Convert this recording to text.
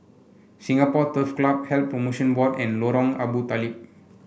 Singapore Turf Club Health Promotion Board and Lorong Abu Talib